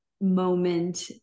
moment